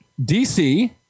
DC